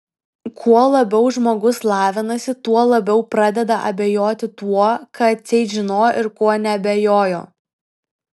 kuo labiau žmogus lavinasi tuo labiau pradeda abejoti tuo ką atseit žinojo ir kuo neabejojo